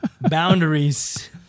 Boundaries